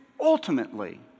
ultimately